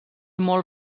molt